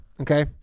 Okay